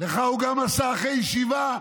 לך הוא גם עשה אחרי ישיבה,